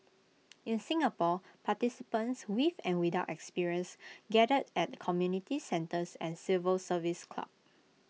in Singapore participants with and without experience gathered at community centres and civil service clubs